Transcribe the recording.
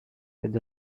with